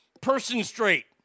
person-straight